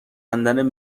کندن